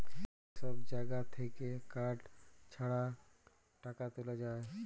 যে সব জাগা থাক্যে কার্ড ছাড়া টাকা তুলা যায়